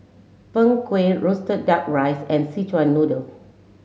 Png Kueh Roasted Duck Rice and Szechuan Noodle